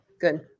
Good